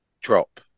drop